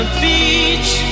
beach